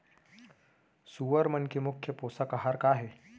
सुअर मन के मुख्य पोसक आहार का हे?